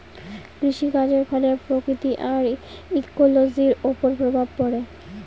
কৃষিকাজের ফলে প্রকৃতি আর ইকোলোজির ওপর প্রভাব পড়ে